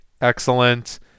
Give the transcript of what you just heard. excellent